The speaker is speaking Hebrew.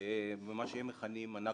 במה שהם מכנים הנכבה.